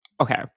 Okay